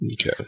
Okay